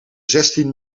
zestien